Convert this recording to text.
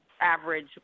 average